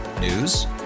News